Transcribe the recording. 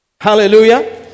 Hallelujah